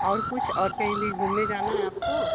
और कुछ और कहीं भी घूमने जाना है आपको